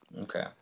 Okay